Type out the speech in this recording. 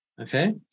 okay